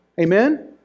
Amen